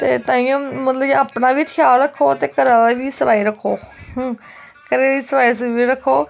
ते ताइयें अपना बी ख्याल रक्खो ते घरा दा बी सफाई रक्खो घरै दी सफाई सफुई रक्खो